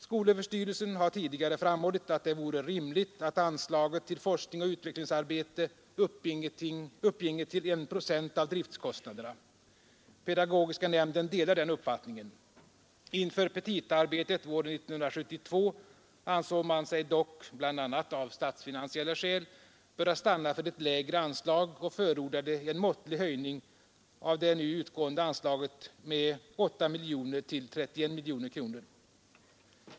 Skolöverstyrelsen har tidigare framhållit att det vore rimligt att anslaget till forskning och utvecklingsarbete uppginge till I procent av driftkostnaderna. Pedagogiska nämnden delar den uppfattningen. Inför petitaarbetet våren 1972 ansåg man sig dock, bl.a. av statsfinansiella” skäl, böra stanna för ett lägre anslag och förordade en måttlig höjning av det utgående anslaget, nämligen med 8 miljoner till 31 miljoner kronor.